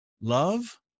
Love